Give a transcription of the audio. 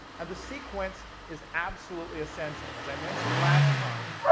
and the sequence is absolutely essential. as i mentioned last time,